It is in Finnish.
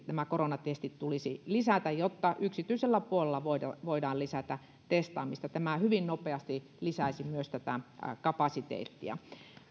nämä koronatestit tulisi lisätä kela korvausten piiriin jotta yksityisellä puolella voidaan voidaan lisätä testaamista tämä hyvin nopeasti lisäisi myös tätä kapasiteettia